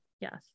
yes